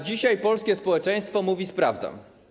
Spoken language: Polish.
Dzisiaj polskie społeczeństwo mówi: sprawdzam.